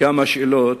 כמה שאלות,